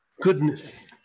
goodness